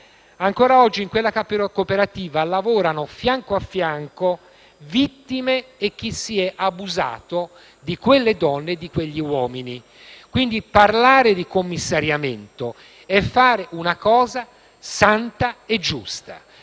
ancora oggi in quella cooperativa lavorano fianco a fianco le vittime e chi ha abusato di quelle donne e di quegli uomini. Parlare di commissariamento significa quindi fare una cosa santa e giusta.